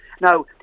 Now